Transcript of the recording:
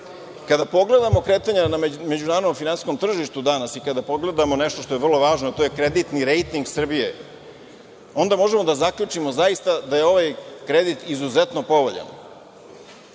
pogledamo kretanja na međunarodnom finansijskom tržištu danas i kada pogledamo nešto što je vrlo važno, a to je kreditni rejting Srbije, onda možemo da zaključimo zaista da je ovaj kredit izuzetno povoljan.